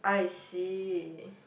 I see